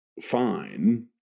fine